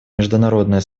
международное